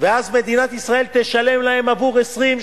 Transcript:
אז מדינת ישראל תשלם להם עבור 20,